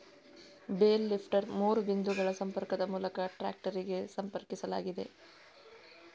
bale lifter ಮೂರು ಬಿಂದುಗಳ ಸಂಪರ್ಕದ ಮೂಲಕ ಟ್ರಾಕ್ಟರಿಗೆ ಸಂಪರ್ಕಿಸಲಾಗಿದೆ